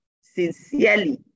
sincerely